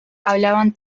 hablaban